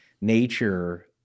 nature